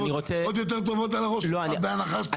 למקומות עוד יותר טובים על הראש בהנחה שאתה צודק.